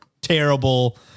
terrible